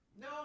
No